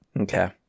Okay